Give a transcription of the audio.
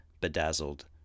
Bedazzled